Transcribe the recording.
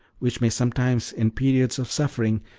which may sometimes, in periods of suffering,